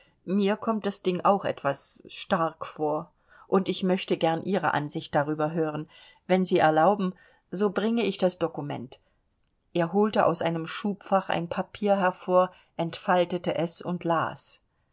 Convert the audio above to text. mir kommt das ding auch etwas stark vor und ich möchte gern ihre ansicht darüber hören wenn sie erlauben so bringe ich das dokument er holte aus einem schubfach ein papier hervor entfaltete es und las